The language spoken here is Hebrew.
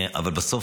בסוף,